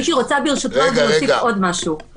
הייתי רוצה, ברשותך, להוסיף עוד משהו.